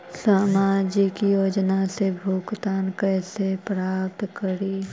सामाजिक योजना से भुगतान कैसे प्राप्त करी?